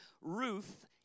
Ruth